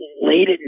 late